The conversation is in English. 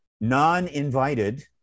non-invited